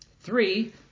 Three